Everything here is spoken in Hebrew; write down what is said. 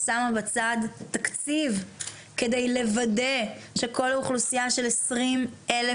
שמה בצד תקציב כדי לוודא שכל אוכלוסייה של 20,000